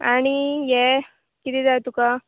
आनी हें किदें जाय तुका